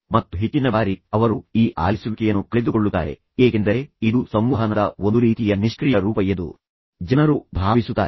ಮತ್ತು ಹೆಚ್ಚಿನ ಬಾರಿ ಅವರು ಈ ಆಲಿಸುವಿಕೆಯನ್ನು ಕಳೆದುಕೊಳ್ಳುತ್ತಾರೆ ಏಕೆಂದರೆ ಇದು ಸಂವಹನದ ಒಂದು ರೀತಿಯ ನಿಷ್ಕ್ರಿಯ ರೂಪ ಎಂದು ಜನರು ಭಾವಿಸುತ್ತಾರೆ